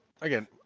again